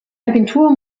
agentur